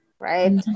right